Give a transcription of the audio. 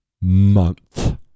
month